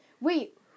Wait